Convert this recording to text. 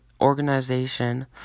organization